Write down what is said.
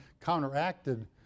counteracted